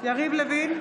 יריב לוין,